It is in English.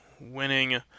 winning